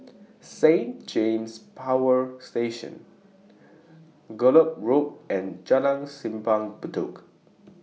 Saint James Power Station Gallop Road and Jalan Simpang Bedok